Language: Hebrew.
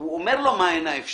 הוא אומר לו את האפשרויות.